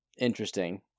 interesting